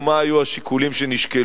או מה היו השיקולים שנשקלו.